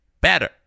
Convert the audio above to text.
better